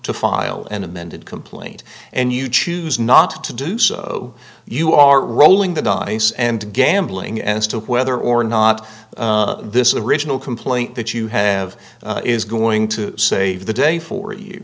to file an amended complaint and you choose not to do so you are rolling the dice and gambling as to whether or not this original complaint that you have is going to save the day for you